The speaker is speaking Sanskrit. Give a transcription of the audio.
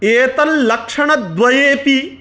एतल्लक्षणद्वयेपि